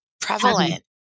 prevalent